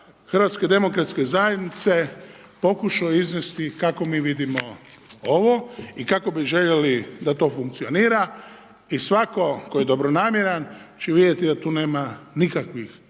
ja sam u ime kluba HDZ-a pokušao izvesti kako mi vidimo ovo i kako bi željeli da to funkcionira i svako tko je dobronamjeran, će vidjeti da tu nema nikakvih